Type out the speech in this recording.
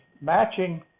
matching